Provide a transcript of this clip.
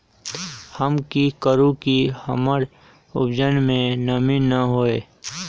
हम की करू की हमर उपज में नमी न होए?